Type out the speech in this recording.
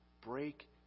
break